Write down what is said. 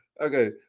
okay